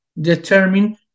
Determine